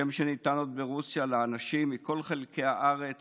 שם שניתן עוד ברוסיה לאנשים מכל חלקי הארץ